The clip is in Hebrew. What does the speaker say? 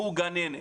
היא גננת.